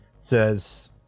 says